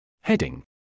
Heading